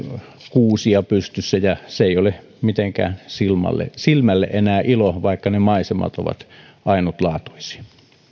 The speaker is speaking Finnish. kuusia pystyssä ja se ei ole mitenkään silmälle silmälle enää iloa vaikka ne maisemat ovat ainutlaatuisia